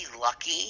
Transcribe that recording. lucky